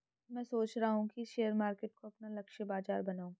मैं सोच रहा हूँ कि शेयर मार्केट को अपना लक्ष्य बाजार बनाऊँ